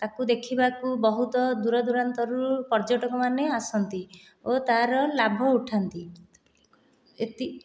ତାକୁ ଦେଖିବାକୁ ବହୁତ ଦୂରଦୁରାନ୍ତରୁ ପର୍ଯ୍ୟଟକ ମାନେ ଆସନ୍ତି ଓ ତା'ର ଲାଭ ଉଠାନ୍ତି ଏତି